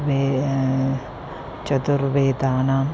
वे चतुर्वेदानाम्